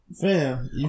fam